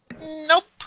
Nope